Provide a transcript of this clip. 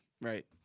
right